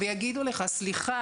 ויגידו לך "סליחה,